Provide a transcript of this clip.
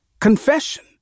confession